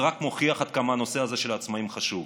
זה רק מוכיח כמה הנושא הזה של העצמאים חשוב.